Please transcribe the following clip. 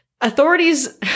Authorities